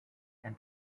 and